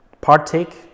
partake